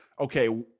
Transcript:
okay